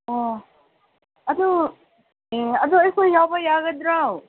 ꯑꯣ ꯑꯗꯨ ꯑꯦ ꯑꯗꯨ ꯑꯩꯈꯣꯏ ꯌꯥꯎꯕ ꯌꯥꯒꯗ꯭ꯔꯣ